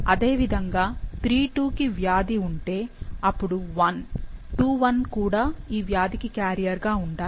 అదే విధంగా III 2 కి వ్యాధి ఉంటే అపుడు 1 II 1 కూడా ఈ వ్యాధికి క్యారియర్గా ఉండాలి